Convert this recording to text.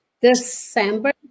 December